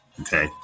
okay